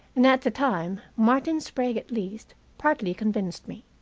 and at the time martin sprague at least partly convinced me.